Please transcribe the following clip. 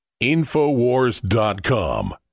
InfoWars.com